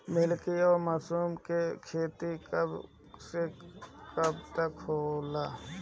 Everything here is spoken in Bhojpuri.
मिल्की मशरुम के खेती कब से कब तक होला?